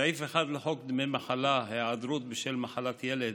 סעיף 1 לחוק דמי מחלה (היעדרות בשל מחלת ילד),